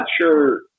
sure